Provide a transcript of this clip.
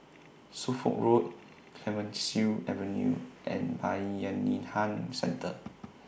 Suffolk Road Clemenceau Avenue and Bayanihan Centre